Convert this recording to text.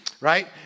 Right